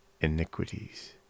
iniquities